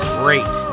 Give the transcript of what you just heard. great